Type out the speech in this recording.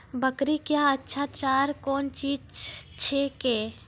बकरी क्या अच्छा चार कौन चीज छै के?